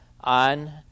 on